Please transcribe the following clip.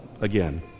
again